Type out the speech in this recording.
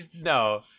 No